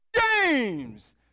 James